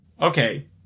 Okay